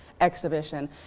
exhibition